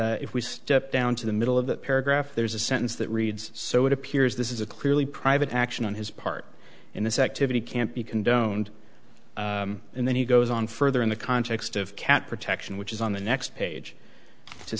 if we step down to the middle of that paragraph there's a sentence that reads so it appears this is a clearly private action on his part in this activity can't be condoned and then he goes on further in the context of cat protection which is on the next page to